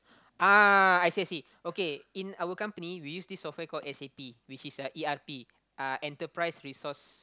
ah I see I see okay in our company we use this software called s_a_p which is a e_r_p uh enterprise resource